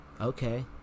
Okay